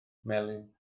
melin